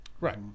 Right